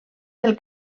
del